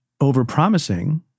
over-promising